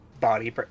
body